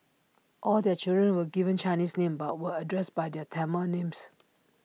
all their children were given Chinese names but were addressed by their Tamil names